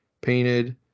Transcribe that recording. painted